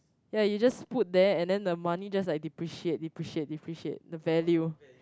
ya you just put there and then money just like depreciate depreciate depreciate the value